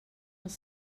els